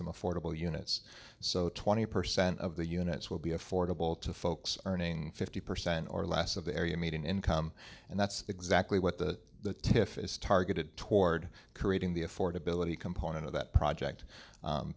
some affordable units so twenty percent of the units will be affordable to folks earning fifty percent or less of the area median income and that's exactly what the tiff is targeted toward creating the affordability component of that project